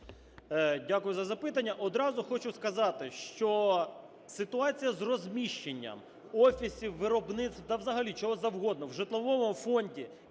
Дякую за запитання. Одразу хочу сказати, що ситуація з розміщенням офісів, виробництв та взагалі чого завгодно в житловому фонді